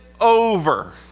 over